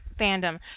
fandom